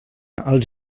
als